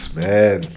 man